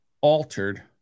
altered